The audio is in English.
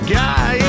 guy